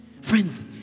Friends